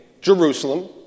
Jerusalem